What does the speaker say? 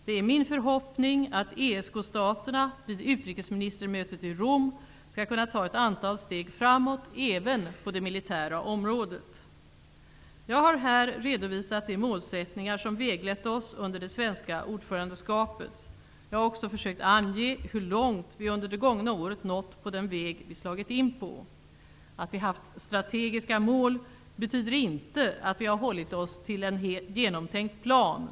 Det är min förhoppning att ESK staterna vid utrikesministermötet i Rom skall kunna ta ett antal steg framåt även på det militära området. Jag har här redovisat de målsättningar som väglett oss under det svenska ordförandeskapet. Jag har också försökt ange hur långt vi under det gångna året nått på den väg vi slagit in på. Att vi haft strategiska mål betyder inte att vi har hållit oss till en genomtänkt plan.